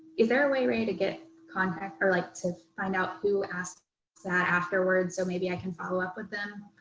is there a way, ray, to get contact or like to find out who asked that afterwards? so maybe i can follow up with them.